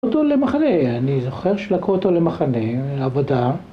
לקחו אותו למחנה, אני זוכר שלקחו אותו למחנה עבודה